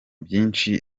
byinshi